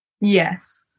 Yes